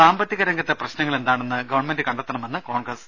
സാമ്പത്തിക രംഗത്തെ പ്രശ്നങ്ങൾ എന്താണെന്ന് ഗവൺമെന്റ് കണ്ടെത്തണമെന്ന് കോൺഗ്രസ്